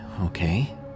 Okay